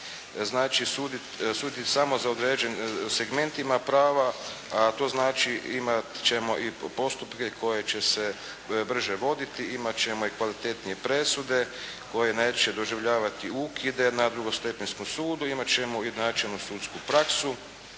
znači suditi samo za određene segmentima prava, a to znači imat ćemo i postupke koji će se brže voditi, imat ćemo i kvalitetnije presude koje neće doživljavati ukide na drugostepenskom sudu, imat ćemo ujednačenu sudsku praksu